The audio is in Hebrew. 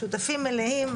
שותפים מלאים,